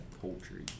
Poultry